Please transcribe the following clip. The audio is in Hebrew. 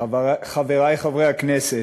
חברי חברי הכנסת,